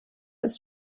ist